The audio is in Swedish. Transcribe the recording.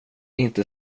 inte